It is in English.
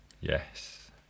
yes